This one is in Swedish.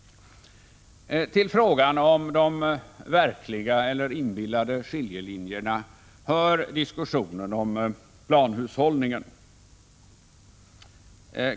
Till frågan om de verkliga och inbillade skiljelinjerna hör diskussionen om planhushållningen.